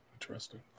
Interesting